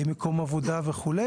מקום עבודה וכו'.